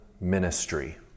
ministry